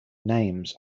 names